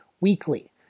weekly